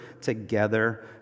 together